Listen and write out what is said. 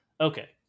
Okay